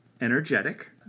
energetic